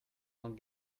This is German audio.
von